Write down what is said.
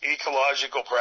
ecological